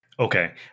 Okay